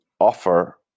offer